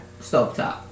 Stovetop